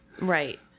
Right